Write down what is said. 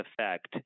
effect